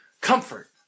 comfort